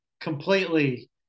completely